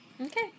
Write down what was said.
Okay